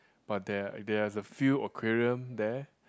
but there're there is a few aquarium there